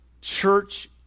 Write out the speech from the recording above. Church